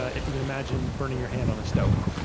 if you can imagine burning your hand on a stove,